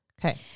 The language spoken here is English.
Okay